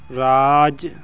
ਰਾਜ